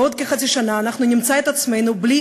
בעוד כחצי שנה אנחנו נמצא את עצמנו בלי